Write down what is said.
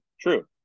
true